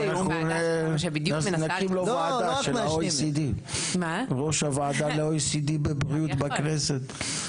שבדיוק מנסה --- ראש הוועדה לOECD לבריאות בכנסת,